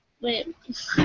Wait